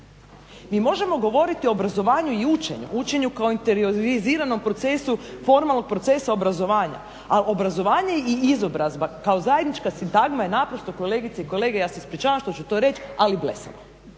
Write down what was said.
Mi možemo govoriti o obrazovanju i učenju, učenju kao … procesu formalnom procesu obrazovanja, ali obrazovanje i izobrazba kao zajednička sintagma je kolegice i kolege, ja se ispričavam što ću to reći ali blesavo